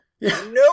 nope